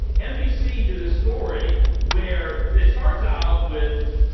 nbc did a story where it starts out with,